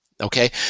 Okay